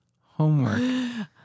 Homework